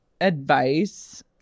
advice